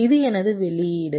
இது எனது வெளியீடு